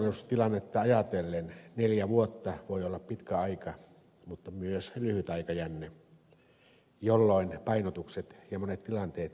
maailman turvallisuustilannetta ajatellen neljä vuotta voi olla pitkä aika jolloin painotukset ja monet tilanteet ehtivät muuttua mutta myös lyhyt aikajänne